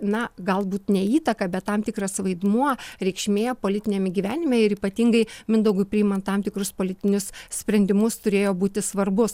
na galbūt ne įtaka bet tam tikras vaidmuo reikšmė politiniame gyvenime ir ypatingai mindaugui priimant tam tikrus politinius sprendimus turėjo būti svarbus